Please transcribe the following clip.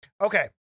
Okay